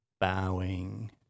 Bowing